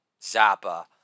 Zappa